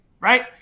right